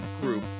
group